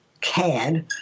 cad